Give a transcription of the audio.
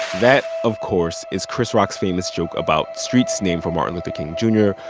that, of course, is chris rock's famous joke about streets named for martin luther king jr,